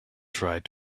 tried